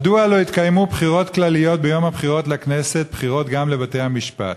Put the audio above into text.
מדוע לא יתקיימו ביום הבחירות לכנסת בחירות כלליות גם לבתי-המשפט?